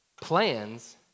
Plans